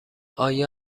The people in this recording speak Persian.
آیا